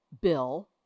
bill